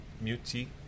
Muti